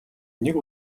нэг